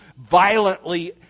violently